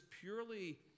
purely